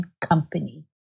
company